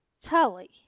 Tully